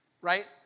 Right